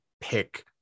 pick